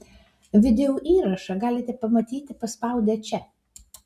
video įrašą galite pamatyti paspaudę čia